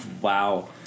Wow